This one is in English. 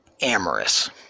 amorous